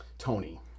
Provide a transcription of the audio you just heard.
Tony